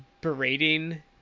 berating